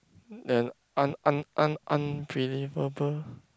then un~ un~ un~ unbelievable